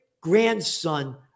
grandson